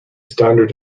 standard